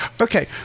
Okay